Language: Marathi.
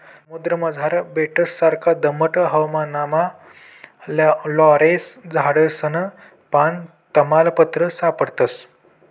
समुद्रमझार बेटससारखा दमट हवामानमा लॉरेल झाडसनं पान, तमालपत्र सापडस